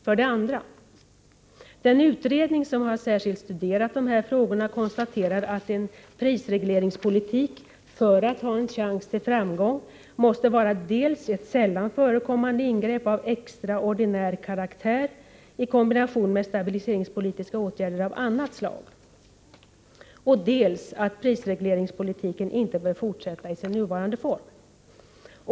För det andra: Den utredning som särskilt har studerat dessa frågor drar slutsatsen att en prisregleringspolitik, för att ha en chans till framgång, måste vara ett sällan förekommande ingrepp av extraordinär karaktär i kombination med stabiliseringspolitiska åtgärder av annat slag. Utredningen konstaterar också att prisregleringspolitiken inte bör fortsätta i sin nuvarande form.